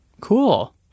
Cool